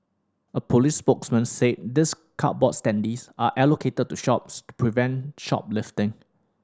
a police spokesman said these cardboard standees are allocated to shops prevent shoplifting